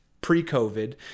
pre-COVID